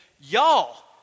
y'all